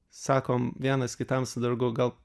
sakom vienas kitam su draugu gal